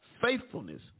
faithfulness